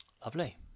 lovely